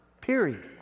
period